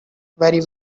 very